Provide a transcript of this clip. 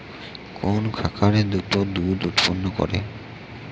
কোন খাকারে দ্রুত দুধ উৎপন্ন করে?